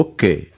Okay